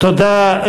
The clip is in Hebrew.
תודה.